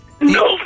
No